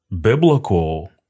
biblical